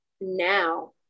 now